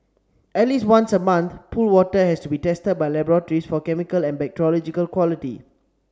at least once a month pool water has to be tested by laboratories for chemical and bacteriological quality